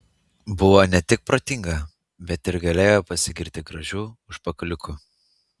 buvo ne tik protinga bet ir galėjo pasigirti gražiu užpakaliuku